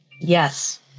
Yes